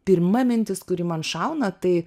pirma mintis kuri man šauna tai